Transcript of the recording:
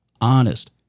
honest